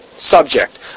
subject